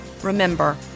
Remember